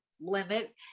limit